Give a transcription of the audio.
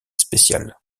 spéciale